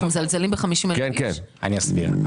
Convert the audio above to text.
אני אסביר.